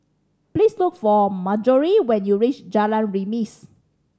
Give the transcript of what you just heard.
please look for Marjory when you reach Jalan Remis